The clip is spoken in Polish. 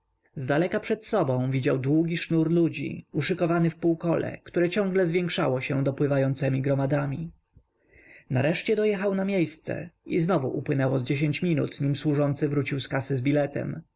niepewności zdaleka przed sobą widział długi sznur ludzi uszykowanych w półkole które ciągle zwiększało się dopływającemi gromadami nareszcie dojechał na miejsce i znowu upłynęło z dziesięć minut nim służący powrócił z kasy z biletem